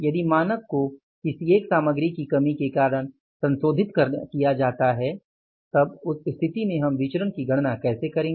यदि मानक को किसी एक सामग्री की कमी के कारण संशोधित किया जाता है तब उस स्थिति में हम विचरण की गणना कैसे करेंगे